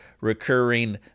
recurring